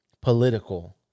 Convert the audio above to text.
political